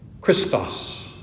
Christos